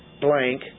blank